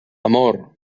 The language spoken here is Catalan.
amor